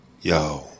Yo